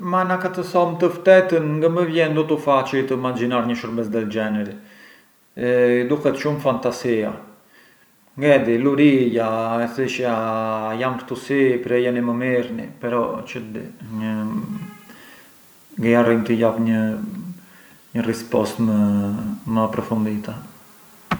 Ma na ka të thom të ftetën ngë më vjen ndutu facili të maxhinar një shurbes del generi, i duhet shumë fantasia, ngë e di lurija e thëshja: „jam këtu sipër, ejani e më mirrni“ però çë di, ngë jarrënj të jap një rispost më approfondita.